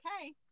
okay